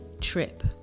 trip